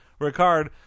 Ricard